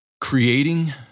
Creating